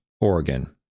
Oregon